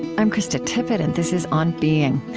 i'm krista tippett and this is on being.